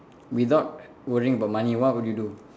without worrying about money what would you do